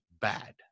bad